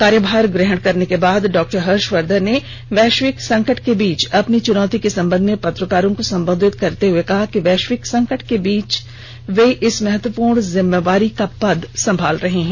कार्यभार ग्रहण करने के बाद डॉ हर्षवर्धन ने वैषविक संकट के बीच अपनी चुनौती के संबंध में पत्रकारों को संबोधित करते हुए कहा है कि वैषविक संकट के बीच इस महत्वपूर्ण जिम्मेवारी का पद संभाल रहे है